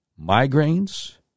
migraines